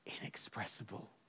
inexpressible